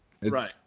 Right